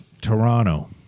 Toronto